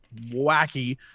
wacky